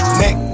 neck